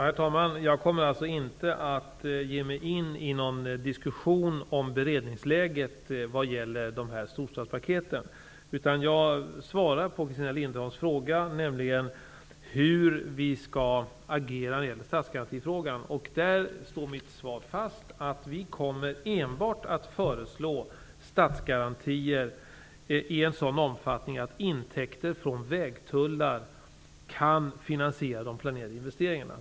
Herr talman! Jag kommer alltså inte att ge mig in i någon diskussion om beredningsläget vad gäller storstadspaketen, utan jag svarar på Christina Linderholms fråga, nämligen hur vi skall agera när det gäller statsgarantierna. Där står mitt svar fast: Vi kommer att föreslå statsgarantier enbart i en sådan omfattning att intäkter från vägtullar kan finansiera de planerade investeringarna.